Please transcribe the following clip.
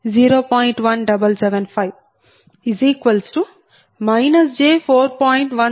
165 p